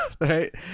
Right